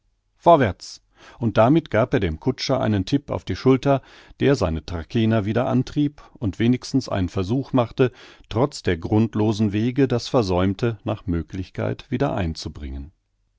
vorwärts und damit gab er dem kutscher einen tipp auf die schulter der seine trakehner wieder antrieb und wenigstens einen versuch machte trotz der grundlosen wege das versäumte nach möglichkeit wieder einzubringen